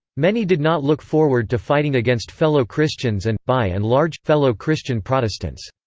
many did not look forward to fighting against fellow christians and, by and large, fellow christian protestants.